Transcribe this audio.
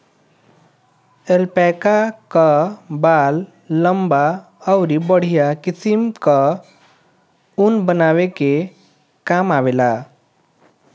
alpaca कअ बाल लंबा अउरी बढ़िया किसिम कअ ऊन बनवले के काम आवेला